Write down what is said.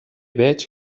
veig